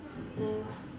mm